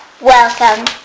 Welcome